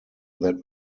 that